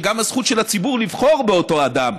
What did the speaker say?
היא גם הזכות של הציבור לבחור באותו אדם,